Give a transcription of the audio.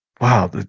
wow